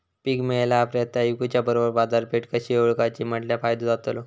पीक मिळाल्या ऑप्रात ता इकुच्या बरोबर बाजारपेठ कशी ओळखाची म्हटल्या फायदो जातलो?